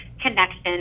connection